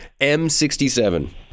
M67